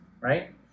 right